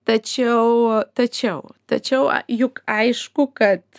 tačiau tačiau tačiau juk aišku kad